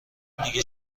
دیگه